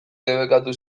debekatu